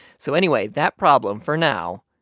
so anyway, that problem, for now,